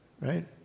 right